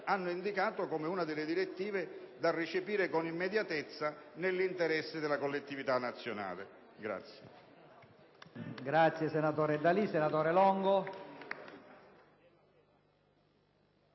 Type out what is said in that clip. ha indicato come una delle direttive da recepire con immediatezza nell'interesse della collettività nazionale.